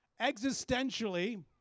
existentially